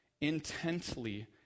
intently